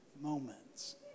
moments